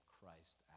Christ